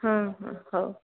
ହଁ ହଁ ହଉ